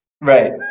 Right